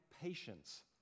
patience